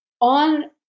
on